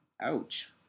ouch